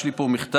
יש לי פה מכתב,